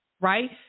right